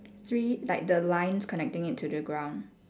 three like the lines connecting it to the ground